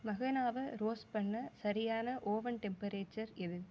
மகனாவை roast பண்ண சரியான oven temperature எது